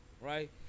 Right